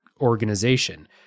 organization